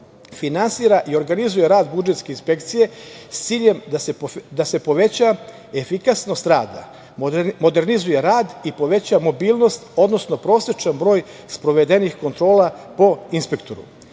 finansira i organizuje rad budžetske inspekcije, s ciljem da se poveća efikasnost rada, modernizuje rad i poveća mobilnost, odnosno prosečan broj sprovedenih kontrola po inspektoru. Krajnji